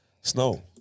Snow